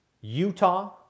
Utah